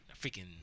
Freaking